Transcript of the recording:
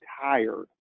tired